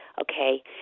okay